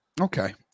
Okay